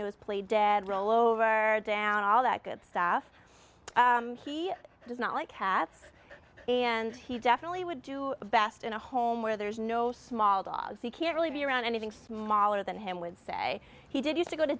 is play dead roll over down all that good stuff he does not like cats and he definitely would do best in a home where there's no small dogs he can't really be around anything smaller than him would say he did used to go to